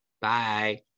bye